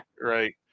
Right